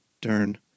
Dern